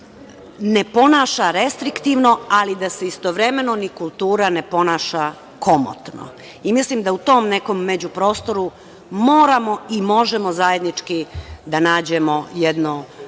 ne ponaša restriktivno, ali da se istovremeno ni kultura ne ponaša komotno. Mislim da u tom nekom međuprostoru moramo i možemo zajednički da nađemo jedno